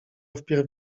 wpierw